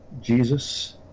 Jesus